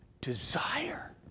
desire